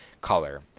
color